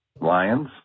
Lions